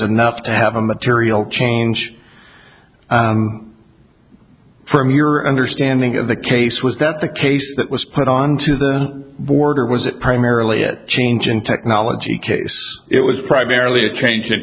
enough to have a material change from your understanding of the case was that the case that was put on to the board or was it primarily a change in technology case it was primarily a change